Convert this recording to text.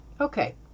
Okay